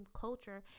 culture